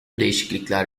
değişiklikler